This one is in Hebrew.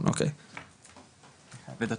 ודתות.